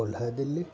ओलहु Delhi